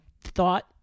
thought